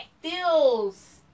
feels